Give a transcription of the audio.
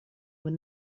when